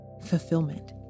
fulfillment